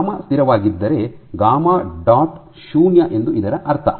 ಆದ್ದರಿಂದ ಗಾಮಾ ಸ್ಥಿರವಾಗಿದ್ದರೆ gamma dot ಶೂನ್ಯ ಎಂದು ಇದರ ಅರ್ಥ